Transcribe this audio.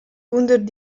under